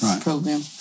program